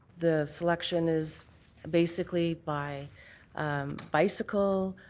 the selection is basically by bicycle,